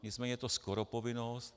Nicméně je to skoro povinnost.